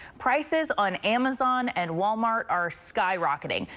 prices on amazon and walmart are skyrocketing.